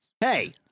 hey